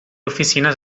oficines